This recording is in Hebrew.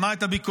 שמע את הביקורת,